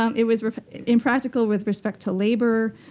um it was impractical with respect to labor.